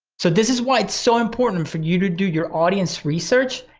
so this is why it's so important for you to do your audience research.